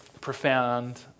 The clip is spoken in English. profound